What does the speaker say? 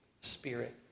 spirit